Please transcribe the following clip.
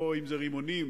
או אם זה רימונים,